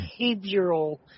behavioral